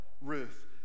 Ruth